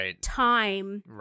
time